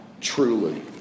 truly